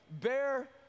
bear